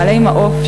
בעלי מעוף,